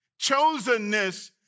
Chosenness